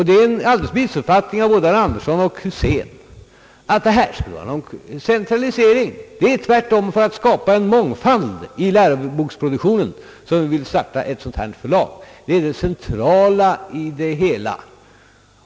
Det är en missuppfattning av både herr Axel Andersson och professor Husén, att detta förlag skulle innebära en centralisering. Det är tvärtom för alt skapa en mångfald i läroboksproduktionen som vi vill starta ett sådant här förlag. Det är den centrala avsikten.